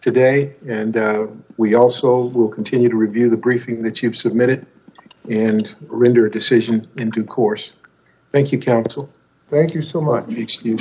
today and we also will continue to review the briefing that you've submitted and rinder decision in due course thank you counsel thank you so much